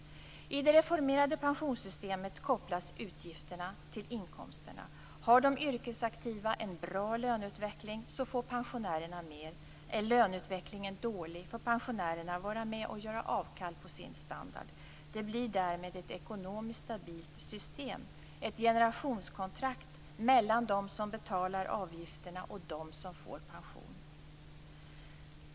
I det reformerade pensionssystemet kopplas utgifterna till inkomsterna. Har de yrkesaktiva en bra löneutveckling så får pensionärerna mer. Är löneutvecklingen dålig får pensionärerna vara med och göra avkall på sin standard. Det blir därmed ett ekonomiskt stabilt system - ett generationskontrakt mellan dem som betalar avgifterna och dem som får pension.